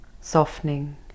softening